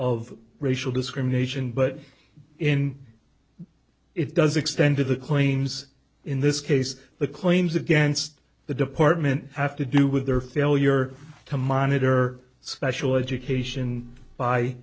of racial discrimination but in it does extend to the claims in this case the claims against the department have to do with their failure to monitor special education by